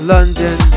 London